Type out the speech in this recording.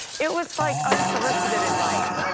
it was like unsolicited advice.